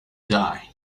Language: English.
die